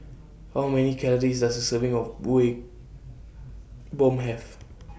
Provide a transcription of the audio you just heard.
How Many Calories Does A Serving of Kuih Bom Have